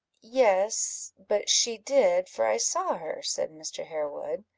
yes, but she did, for i saw her, said mr. harewood,